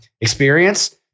experience